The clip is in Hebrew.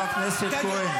חבר הכנסת כהן.